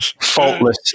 faultless